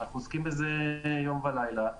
אנחנו עוסקים בזה יום ולילה.